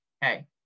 hey